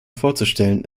vorzustellen